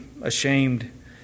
ashamed